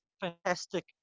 fantastic